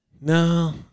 No